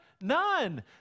None